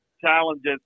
challenges